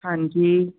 ਹਾਂਜੀ